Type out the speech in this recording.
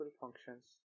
functions